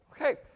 Okay